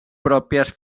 pròpies